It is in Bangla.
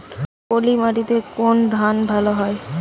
পলিমাটিতে কোন ধান ভালো হয়?